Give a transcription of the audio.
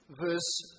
verse